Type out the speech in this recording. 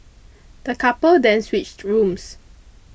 the couple then switched rooms